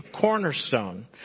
cornerstone